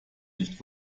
nicht